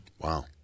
Wow